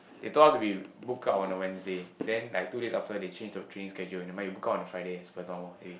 they told us to be booked out on a Wednesday then like two days after they changed the training schedule you might be booked out on a Friday as per normal pay